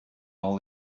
all